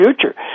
future